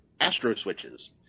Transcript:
astro-switches